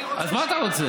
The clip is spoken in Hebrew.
אני רוצה, אז מה אתה רוצה?